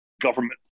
government